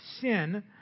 sin